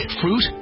fruit